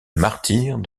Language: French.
martyre